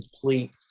complete